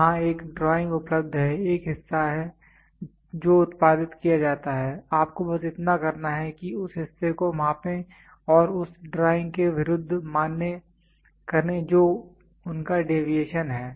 वहाँ एक ड्राइंग उपलब्ध है एक हिस्सा है जो उत्पादित किया जाता है आपको बस इतना करना है कि उस हिस्से को मापें और उस ड्राइंग के विरुद्ध मान्य करें जो उनका डेविएशन है